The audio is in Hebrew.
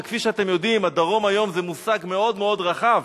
וכפי שאתם יודעים הדרום היום זה מושג מאוד מאוד רחב,